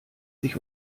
sich